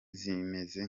zimeze